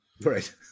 Right